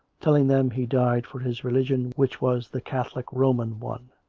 telling them he died for his religion, which was the catholic roman one,